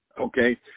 Okay